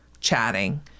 chatting